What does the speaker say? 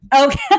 Okay